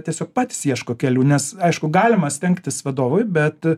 tiesiog patys ieško kelių nes aišku galima stengtis vadovui bet